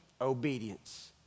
Obedience